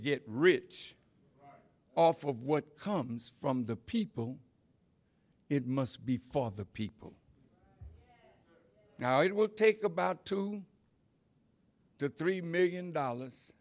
get rich off of what comes from the people it must be for the people now it will take about two to three million dollars